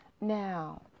Now